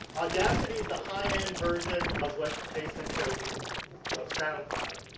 audacity is the high end version of what jason showed you. of soundcloud.